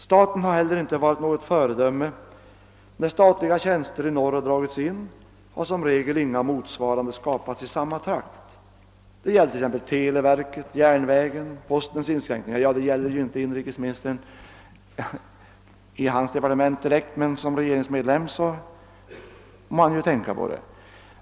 Staten har heller inte varit något föredöme. När statliga tjänster i norr har dragits in har som regel inga motsvarande skapats i samma takt. Det gäller t.ex. televerket, järnvägen och postverket — detta rör inte inrikesministerns departement, men som regeringsmedlem måste han väl ändå tänka på det.